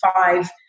five